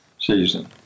season